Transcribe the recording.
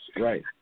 Right